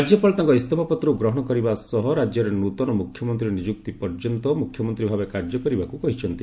ରାଜ୍ୟପାଳ ତାଙ୍କ ଇସ୍ତଫା ପତ୍ରକୁ ଗ୍ରହଣ କରିବା ସହ ରାଜ୍ୟରେ ନୃତନ ମୁଖ୍ୟମନ୍ତ୍ରୀ ନିଯୁକ୍ତି ପର୍ଯ୍ୟନ୍ତ ମୁଖ୍ୟମନ୍ତ୍ରୀ ଭାବେ କାର୍ଯ୍ୟ କରିବାକୁ କହିଛନ୍ତି